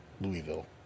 Louisville